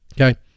Okay